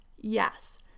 yes